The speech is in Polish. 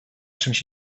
czymś